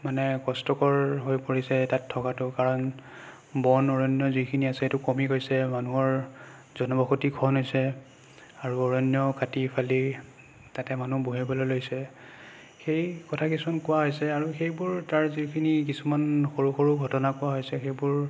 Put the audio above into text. মানে কষ্টকৰ হৈ পৰিছে তাত থকাটো কাৰণ বন অৰণ্য যিখিনি আছে সেইটো কমি গৈছে মানুহৰ জনবসতি ঘন হৈছে আৰু অৰণ্যও কাটি ফালি তাতে মানুহ বহিবলৈ লৈছে সেই কথা কিছুমান কোৱা হৈছে আৰু সেইবোৰ তাৰ যিখিনি কিছুমান সৰু সৰু ঘটনা কোৱা হৈছে সেইবোৰ